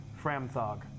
Framthog